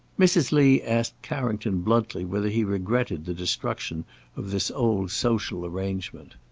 mrs. lee asked carrington bluntly whether he regretted the destruction of this old social arrangement.